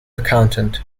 accountant